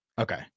Okay